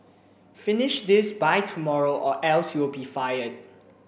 finish this by tomorrow or else you'll be fired